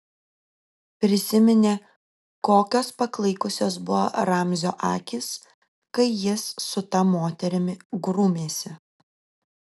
prisiminė kokios paklaikusios buvo ramzio akys kai jis su ta moterimi grūmėsi